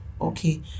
Okay